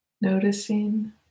noticing